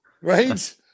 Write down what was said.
right